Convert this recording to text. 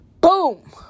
Boom